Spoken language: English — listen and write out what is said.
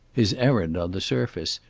his errand, on the surface,